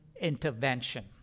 intervention